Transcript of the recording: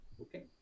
okay